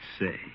Say